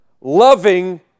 loving